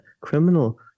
criminal